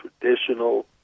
traditional